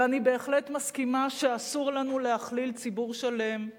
ואני בהחלט מסכימה שאסור לנו להכליל ציבור שלם,